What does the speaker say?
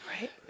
Right